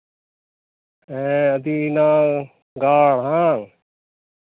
ᱦᱮᱸ ᱟᱹᱫᱤᱱᱟ ᱜᱟᱲ ᱦᱟᱝ